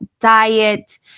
diet